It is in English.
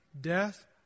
Death